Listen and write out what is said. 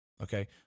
Okay